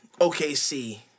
OKC